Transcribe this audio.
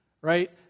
right